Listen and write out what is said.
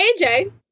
AJ